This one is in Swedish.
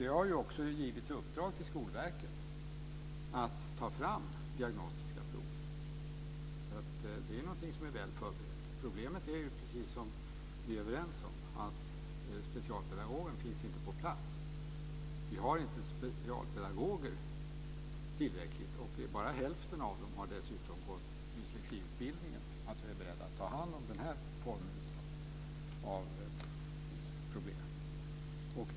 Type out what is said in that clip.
Det har också givits i uppdrag till Skolverket att ta fram diagnostiska prov, så det är någonting som är väl förberett. Problemet är precis som vi är överens om, att specialpedagogen inte finns på plats. Vi har inte tillräckligt med specialpedagoger. Dessutom har bara hälften av dem gått dyslexiutbildningen och är beredda att ta hand om den här formen av problem.